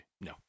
No